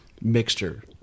mixture